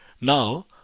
Now